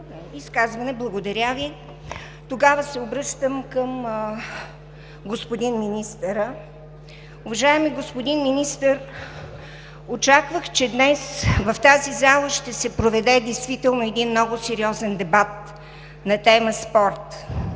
благодаря Ви. Тогава се обръщам към господин министъра. Уважаеми господин Министър, очаквах, че днес в тази зала ще се проведе действително много сериозен дебат на тема „спорт“